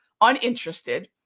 uninterested